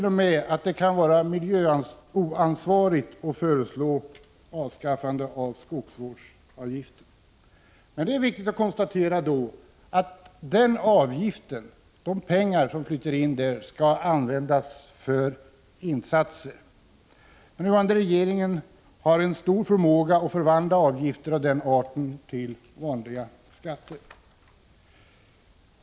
0. m. att det kan vara oansvarigt att föreslå ett avskaffande av skogsvårdsavgiften. Det är dock viktigt att understryka att de pengar som flyter in genom skogsvårdsavgiften skall användas för insatser inom skogsvården. Den nuvarande regeringen har en stor förmåga att förvandla avgifter av den arten till vanliga skatter.